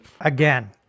again